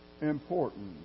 important